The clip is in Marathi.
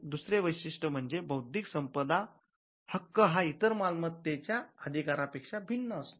दुसरे वैशिष्ट्य म्हणजे बौद्धिक संपदा हक्क हा इतर मालमत्तेच्या अधिकार पेक्षा भिन्न असतो